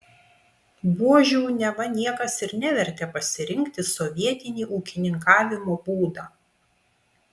buožių neva niekas ir nevertė pasirinkti sovietini ūkininkavimo būdą